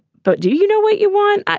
but do you know what you want?